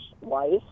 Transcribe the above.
wife